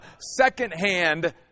secondhand